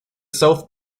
south